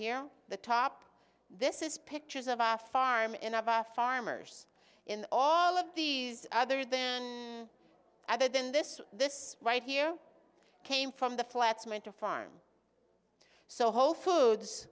here the top this is pictures of our farm in of our farmers in all of these other than other than this this right here came from the flats meant to farm so whole foods